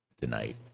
tonight